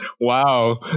Wow